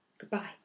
Goodbye